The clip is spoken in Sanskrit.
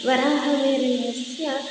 वराहमिहिरस्य